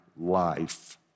life